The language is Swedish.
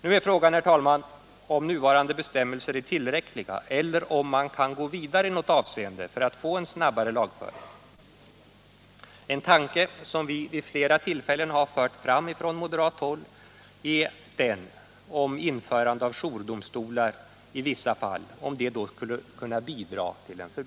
N Nu är frågan, herr talman, om nuvarande bestämmelser är tillräckliga eller om man kan gå vidare i något avseende för att få till stånd en snabbare lagföring. En tanke som vid flera tillfällen har förts fram från moderat håll är den om införande av jourdomstolar i vissa fall.